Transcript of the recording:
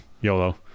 YOLO